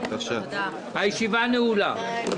הישיבה נעולה.